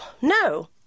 no